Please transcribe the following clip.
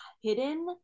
hidden